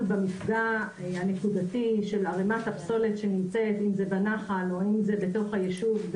במפגע הנקודתי של ערימת הפסולת שנמצאת אם זה בנחל או אם זה בתוך הישוב.